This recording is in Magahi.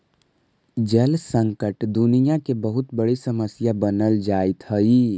जल संकट दुनियां के बहुत बड़ी समस्या बनल जाइत हई